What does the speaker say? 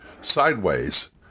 sideways